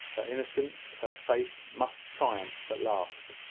her innocence, her faith, must triumph at last.